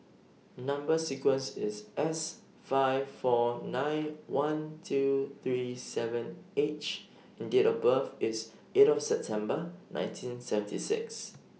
Number sequence IS S five four nine one two three seven H and Date of birth IS eight September nineteen seventy six